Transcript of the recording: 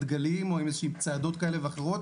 דגלים או באיזשהן צעדות כאלה ואחרות.